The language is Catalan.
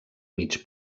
mig